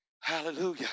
Hallelujah